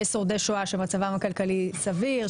יש שורדי שואה שמצבם הכלכלי סביר,